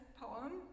poem